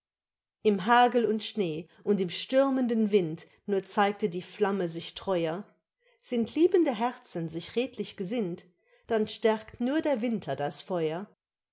im hagel und schnee und im stürmenden wind nur zeigte die flamme sich treuer sind liebende herzen sich redlich gesinnt dann stärkt nur der winter das feuer